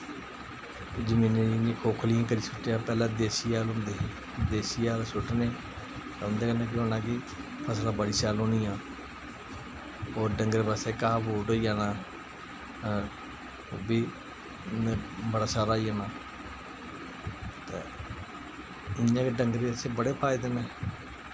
जमीन गी इयां खोखलियां करी सुट्टेआ पैह्लें देसी हैल होंदे हे देसी हैल सुट्टने ते उंदे कन्नै केह् होना फसलां बड़ी शैल होनियां होर डंगर बच्छें घाह् बूट होई जाना ओह् बी बड़ा सारा होई जाना ते इ'यां बी डंगरें दे असेंगी बड़े फायदे न